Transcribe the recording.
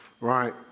right